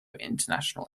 international